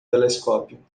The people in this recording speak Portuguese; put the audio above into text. telescópio